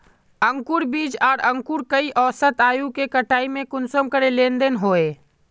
अंकूर बीज आर अंकूर कई औसत आयु के कटाई में कुंसम करे लेन देन होए?